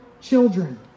children